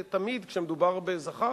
תמיד כשמדובר בזכר,